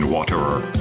Waterer